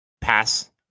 pass